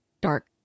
dark